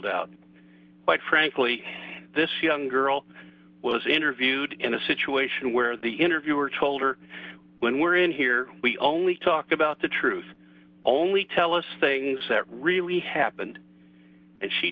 doubt but frankly this young girl was interviewed in a situation where the interviewer told her when we're in here we only talk about the truth only tell us things that really happened and she